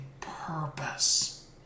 purpose